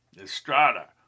Estrada